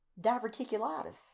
Diverticulitis